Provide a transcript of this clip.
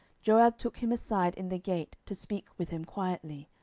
joab took him aside in the gate to speak with him quietly,